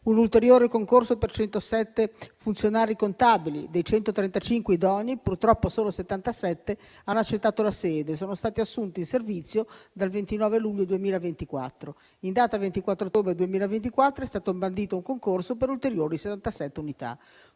un ulteriore concorso per 107 funzionari contabili; dei 135 idonei purtroppo solo 77 hanno accettato la sede e sono stati assunti in servizio dal 29 luglio 2024. In data 24 ottobre 2024 è stato bandito un concorso per ulteriori 77 unità;